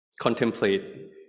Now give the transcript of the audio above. contemplate